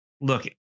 look